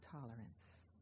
tolerance